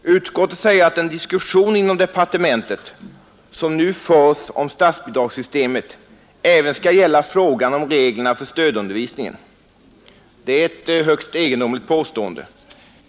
Utskottet säger att den diskussion inom departementet som nu förs om statsbidragssystemet även skall gälla frågan om reglerna för stödundervisningen. Det är ett högst egendomligt påstående.